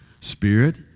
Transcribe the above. Spirit